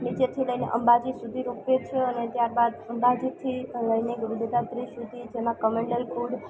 નીચેથી લઈને અંબાજી સુધી રોપવે છે અને ત્યારબાદ અંબાજીથી લઈને ગુરબીજા બ્રીજ સુધી જેમાં કમંડલ કુંડ